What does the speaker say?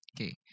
Okay